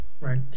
Right